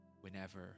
whenever